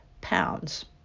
pounds